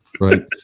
Right